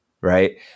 right